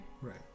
Right